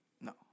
No